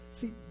See